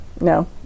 no